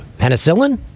Penicillin